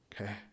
Okay